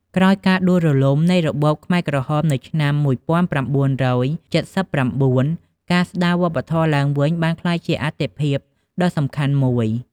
ក្រោយការដួលរលំនៃរបបខ្មែរក្រហមនៅឆ្នាំ១៩៧៩ ការស្តារវប្បធម៌ឡើងវិញ បានក្លាយជាអាទិភាពដ៏សំខាន់មួយ។